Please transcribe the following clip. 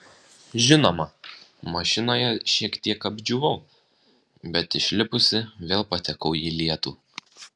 žinoma mašinoje šiek tiek apdžiūvau bet išlipusi vėl patekau į lietų